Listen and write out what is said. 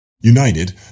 united